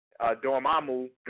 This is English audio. Dormammu